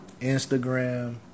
Instagram